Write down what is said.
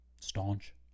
Staunch